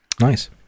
Nice